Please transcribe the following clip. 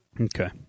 Okay